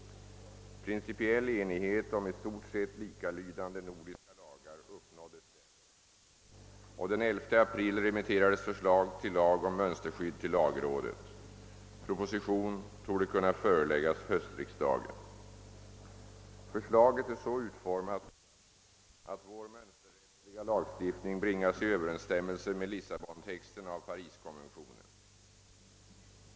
Principiell enighet om i stort sett likalydande nordiska lagar uppnåddes därmed. Den 11 april remitterades förslag till lag om möÖnsterskydd till lagrådet. Proposition torde kunna föreläggas höstriksdagen. Förslaget är så utformat att vår mönsterrättsliga lagstiftning bringas i överensstämmelse med Lissabontexten av Pariskonventionen.